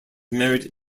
married